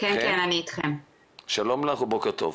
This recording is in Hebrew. שלום לך ובוקר טוב.